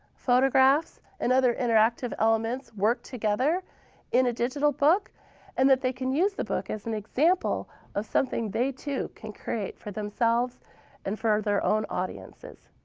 photographs and other interactive elements work together in a digital book and that they can use the book as an example of something they, too, can create for themselves and for their own audiences.